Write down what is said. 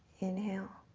inhale.